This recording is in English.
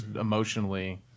emotionally